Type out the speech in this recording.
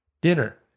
Dinner